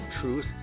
Truth